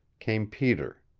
came peter.